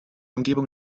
umgebung